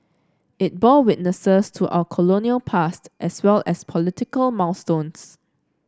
it bore witness to our colonial past as well as political milestones